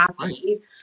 happy